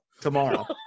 Tomorrow